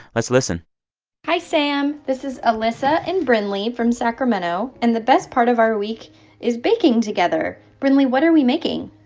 let's listen hi, sam. this is alissa and brynlee from sacramento. and the best part of our week is baking together. brynlee, what are we making?